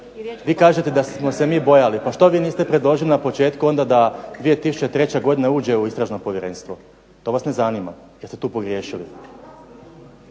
Vi kažete da smo se mi bojali. Pa što vi niste predložili na početku onda da 2003. godina uđe u Istražno povjerenstvo. To vas ne zanima jer ste tu pogriješili.